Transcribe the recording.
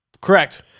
Correct